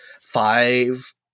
five